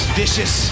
vicious